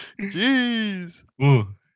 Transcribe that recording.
Jeez